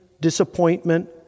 disappointment